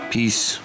Peace